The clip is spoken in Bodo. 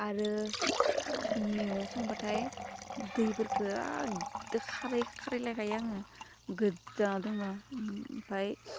आरो मेगं संबाथाय दैफोरखौ एकदव खारै खारै लायखायो आङो गोजानाव दोनबा ओमफ्राय